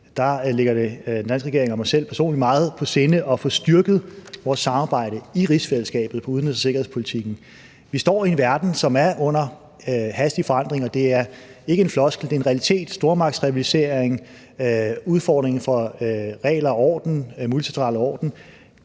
det ligger den danske regering og mig personligt meget på sinde at få styrket vores samarbejde i rigsfællesskabet om udenrigs- og sikkerhedspolitikken. Vi står i en verden, som er under hastig forandring, og det er ikke en floskel. Det er en realitet: stormagtsrivalisering, udfordring af regler og den multilaterale orden.